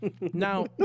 Now